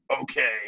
okay